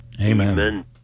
Amen